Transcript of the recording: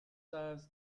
serves